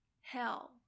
hell